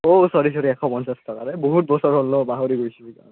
অঁ ছৰী ছৰী এশ পঞ্চাছ টকাৰে বহুত বছৰ